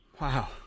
Wow